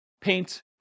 paint